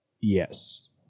Yes